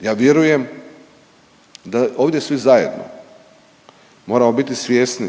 Ja vjerujem da ovdje svi zajedno moramo biti svjesni